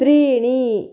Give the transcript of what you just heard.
त्रीणि